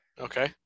okay